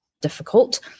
difficult